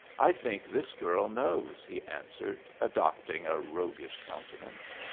i think this girl knows, he answered, adopting a roguish countenance.